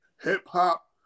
Hip-hop